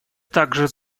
также